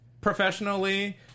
professionally